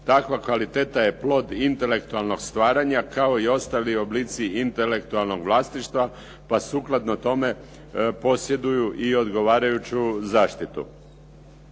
Takva kvaliteta je plod intelektualnog stvaranja kao i ostali oblici intelektualnog vlasništva, pa sukladno tome posjeduju i odgovarajuću zaštitu.